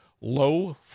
low